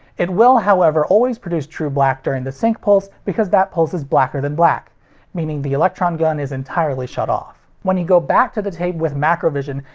it will however always produce true black during the sync pulse, because that pulse is blacker than black meaning the electron gun is entirely shut off. when you go back to the tape with macrovision,